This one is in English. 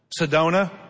Sedona